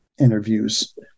interviews